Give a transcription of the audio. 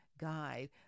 Guide